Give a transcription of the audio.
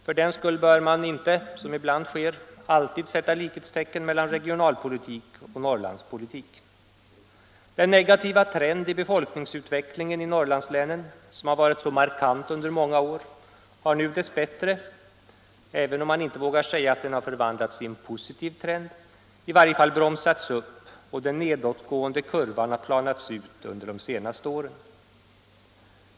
För den skull skall man dock inte — som ibland sker — alltid sätta likhetstecken mellan regionalpolitik och Norrlandspolitik. Den negativa trend i befolkningsutvecklingen i Norrlandslänen som varit så markant under många år har nu dess bättre — även om man ännu inte vågar säga att den förvandlats i en positiv trend — i varje fall bromsats upp, och den nedåtgående kurvan har planats ut under de senaste åren.